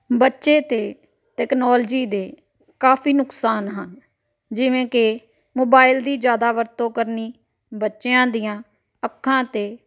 ਬੱਚੇ 'ਤੇ ਤਕਨਾਲੋਜੀ ਦੇ ਕਾਫੀ ਨੁਕਸਾਨ ਹਨ ਜਿਵੇਂ ਕਿ ਮੋਬਾਇਲ ਦੀ ਜ਼ਿਆਦਾ ਵਰਤੋਂ ਕਰਨੀ ਬੱਚਿਆ ਦੀਆਂ ਅੱਖਾਂ 'ਤੇ